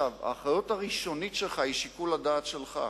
האחריות הראשונית שלך היא שיקול הדעת שלך.